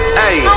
hey